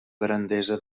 grandesa